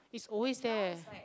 is always there